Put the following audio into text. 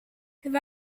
have